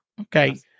Okay